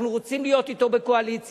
אנחנו רוצים להיות אתו בקואליציה,